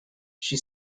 she